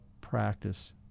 practice